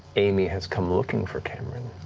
aimee has come looking for cameron,